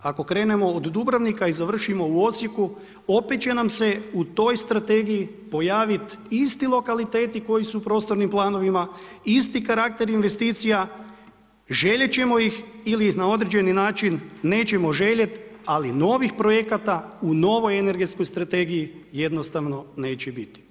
Ako krenemo od Dubrovnika i završimo u Osijeku, opet će nam se u toj strategiji pojaviti isti lokaliteti, koji su u prostornim planovima, isti karakter investicija, željeti ćemo ih ili ih na određeni način, nećemo željeti, ali novih projekata, u novoj energetskoj strategiji, jednostavno neće biti.